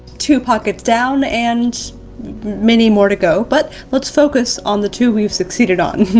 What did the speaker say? two pockets down and many more to go, but let's focus on the two we've succeeded on.